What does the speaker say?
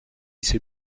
ces